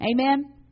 Amen